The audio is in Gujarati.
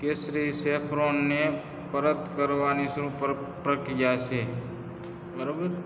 કેસરી સેફ્રોનને પરત કરવાની શું પ્રક પ્રક્રિયા છે બરાબર